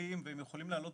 עולים ויכולים לעלות